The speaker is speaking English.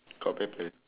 got people